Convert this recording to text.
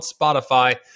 Spotify